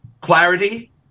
clarity